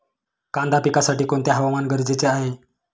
कांदा पिकासाठी कोणते हवामान गरजेचे आहे?